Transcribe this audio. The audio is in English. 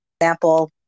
example